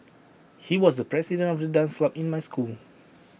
he was the president of the dance club in my school